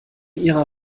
ihrer